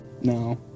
no